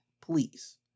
please